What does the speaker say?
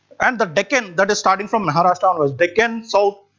and the deccan, that is starting from maharashtra onwards, deccan, so